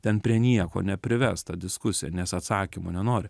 ten prie nieko neprives ta diskusija nes atsakymo nenori